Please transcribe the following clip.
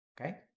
Okay